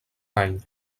any